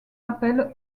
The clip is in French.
appelle